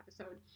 episode